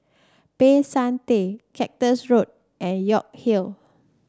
Peck San Theng Cactus Road and York Hill